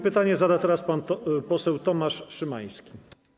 Pytanie zada teraz pan poseł Tomasz Szymański.